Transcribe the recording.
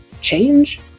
change